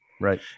Right